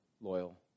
loyal